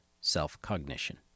self-cognition